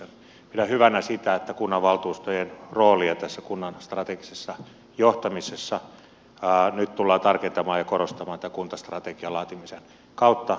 pidän hyvänä sitä että kunnanvaltuustojen roolia tässä kunnan strategisessa johtamisessa nyt tullaan tarkentamaan ja korostamaan tämän kuntastrategian laatimisen kautta